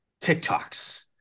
TikToks